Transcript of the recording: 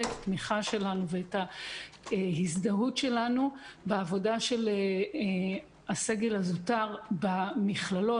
את התמיכה שלנו ואת ההזדהות שלנו בעבודה של הסגל הזוטר במכללות,